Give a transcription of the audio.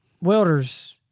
welders